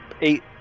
eight